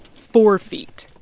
four feet